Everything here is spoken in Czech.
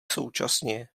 současně